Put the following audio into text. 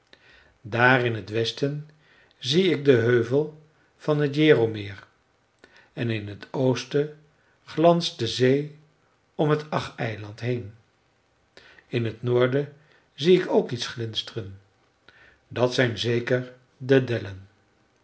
daar in t westen zie ik den heuvel van t järomeer en in t oosten glanst de zee om t ag eiland heen in t noorden zie ik ook iets glinsteren dat zijn zeker de dellen